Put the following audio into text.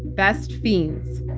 best fiends.